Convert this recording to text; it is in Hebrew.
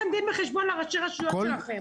אתה תיתן דין וחשבון לראשי הרשויות שלכם.